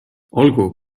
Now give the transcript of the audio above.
olgu